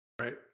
Right